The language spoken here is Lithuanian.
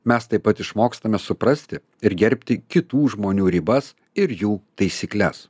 mes taip pat išmokstame suprasti ir gerbti kitų žmonių ribas ir jų taisykles